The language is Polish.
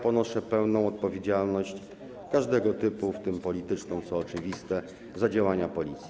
Ponoszę pełną odpowiedzialność, każdego typu, w tym polityczną, co oczywiste, za działania Policji.